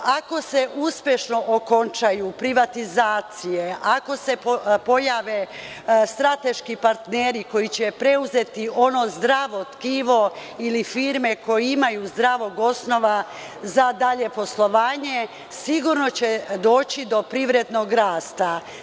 Ako se uspešno okončaju privatizacije, ako se pojave strateški partneri koji će preuzeti ono zdravo tkivo ili firme koje imaju zdravog osnova za dalje poslovanje, sigurno će doći do privrednog rasta.